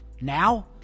Now